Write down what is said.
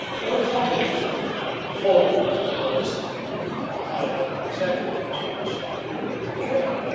no company is going to fold, because a high-level executive was prosecuted and went to jail.